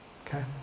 Okay